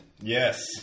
Yes